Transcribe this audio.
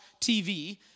TV